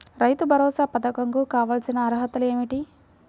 రైతు భరోసా పధకం కు కావాల్సిన అర్హతలు ఏమిటి?